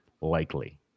likely